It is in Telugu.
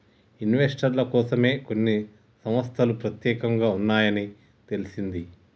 ఇన్వెస్టర్ల కోసమే కొన్ని సంస్తలు పెత్యేకంగా ఉన్నాయని తెలిసింది